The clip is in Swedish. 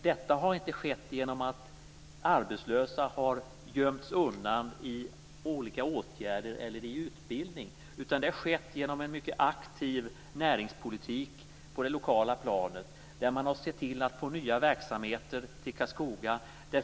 Detta har inte skett genom att arbetslösa har gömts undan i olika åtgärder eller i utbildning, utan genom en mycket aktiv näringspolitik på det lokala planet. Man har sett till att få nya verksamheter till Karlskoga.